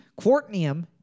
quartnium